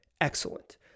excellent